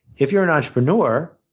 if you're an entrepreneur,